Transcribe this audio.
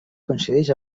coincideix